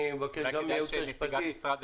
אני אבקש גם מהייעוץ המשפטי של הוועדה וגם ממשרד